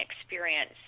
experience